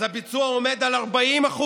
אז הביצוע עומד על 40%,